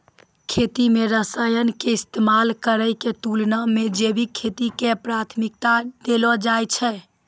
खेती मे रसायन के इस्तेमाल करै के तुलना मे जैविक खेती के प्राथमिकता देलो जाय छै